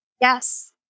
Yes